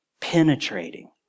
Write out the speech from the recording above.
penetrating